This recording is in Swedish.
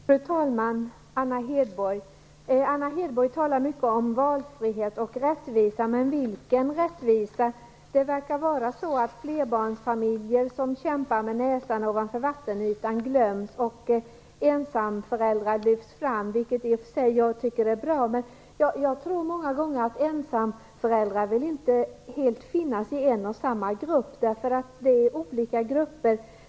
Fru talman! Anna Hedborg talar mycket om valfrihet och rättvisa, men vilken rättvisa är det? Det verkar vara så att flerbarnsfamiljer, som kämpar med näsan ovanför vattenytan, glöms och att ensamföräldrar lyfts fram. Det är i och för sig bra, men jag tror att ensamföräldrar inte bara finns i en och samma grupp, utan i olika grupper.